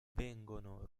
vengono